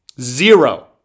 Zero